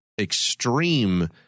extreme